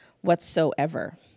whatsoever